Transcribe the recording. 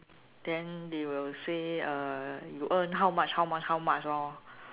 then they will say uh you earn how much how much how much lor